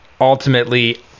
ultimately